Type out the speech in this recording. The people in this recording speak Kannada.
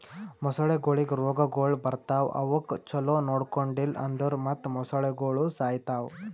ಮೊಸಳೆಗೊಳಿಗ್ ರೋಗಗೊಳ್ ಬರ್ತಾವ್ ಅವುಕ್ ಛಲೋ ನೊಡ್ಕೊಂಡಿಲ್ ಅಂದುರ್ ಮತ್ತ್ ಮೊಸಳೆಗೋಳು ಸಾಯಿತಾವ್